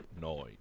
noise